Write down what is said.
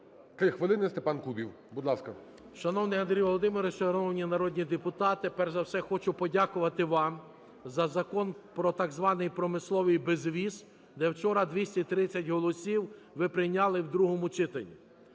хвилини – Степан Кубів. Будь ласка. 11:14:41 КУБІВ С.І. Шановний Андрій Володимирович, шановні народні депутати, перш за все хочу подякувати вам за Закон про так званий промисловий безвіз, де вчора 230 голосів ви прийняли в другому читанні.